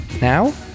Now